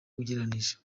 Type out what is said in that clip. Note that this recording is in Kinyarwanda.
ugereranije